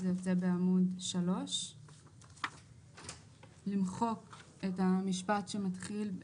זה נמצא בעמוד 3. למחוק את המשפט שמתחיל: